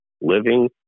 living